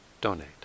donate